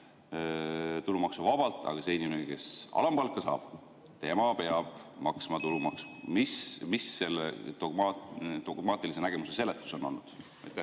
tulumaksuvabalt, aga see inimene, kes alampalka saab, peab maksma tulumaksu. Mis selle dogmaatilise nägemuse seletus on olnud?